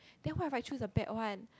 that why I choose the bad one